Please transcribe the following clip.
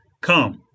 Come